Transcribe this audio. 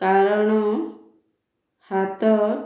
କାରଣ ହାତ